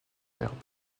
verbe